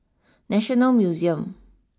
National Museum